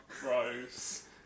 gross